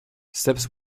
steps